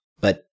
but-